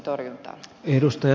arvoisa puhemies